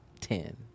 ten